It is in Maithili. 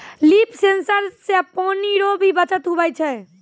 लिफ सेंसर से पानी रो भी बचत हुवै छै